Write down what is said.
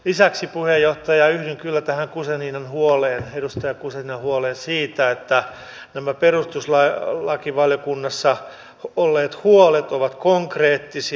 lisäksi puheenjohtaja yhdyn kyllä tähän edustaja guzeninan huoleen siitä että nämä perustuslakivaliokunnassa olleet huolet ovat konkreettisia